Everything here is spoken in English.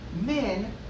men